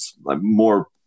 more